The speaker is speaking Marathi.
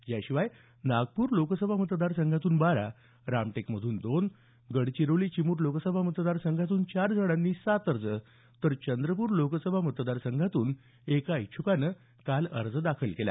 याशिवाय नागपूर लोकसभा मतदारसंघात बारा रामटेकमधून दोन जणांनी गडचिरोली चिमूर लोकसभा मतदार संघात चार जणांनी सात तर चंद्रपूर लोकसभा मतदार संघात एका इच्छुकाने अर्ज दाखल केला